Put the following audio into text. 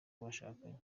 bashakanye